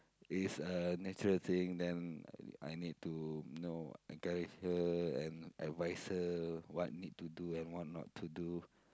it's a natural thing then I need to you know encourage her and advise her what need to do and what not to do